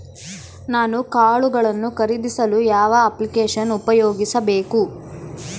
ನಾನು ಕಾಳುಗಳನ್ನು ಖರೇದಿಸಲು ಯಾವ ಅಪ್ಲಿಕೇಶನ್ ಉಪಯೋಗಿಸಬೇಕು?